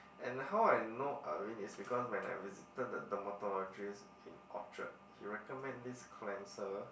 and how I know Avene is because when I visited the dermatologist in Orchard he recommend this cleanser